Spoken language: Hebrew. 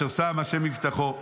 ברוך הגבר אשר שם השם מבטחו?